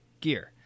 gear